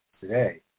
today